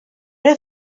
era